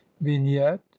Vignette